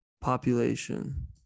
Population